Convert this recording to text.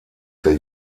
der